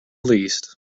least